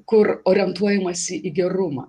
kur orientuojamasi į gerumą